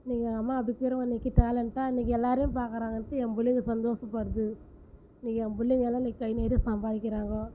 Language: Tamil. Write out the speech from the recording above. இன்றைக்கு எங்கம்மா அப்படி இருக்கிறவங்க இன்றைக்கு டெலேண்ட்டாக இன்றைக்கி எல்லாேரையும் பார்க்குறாங்கன்டு என் பிள்ளைங்க சந்தோஷப்படுது இன்றைக்கு என் பிள்ளைங்க எல்லாம் இன்றைக்கி கை நிறைய சம்பாரிக்கிறாங்கோ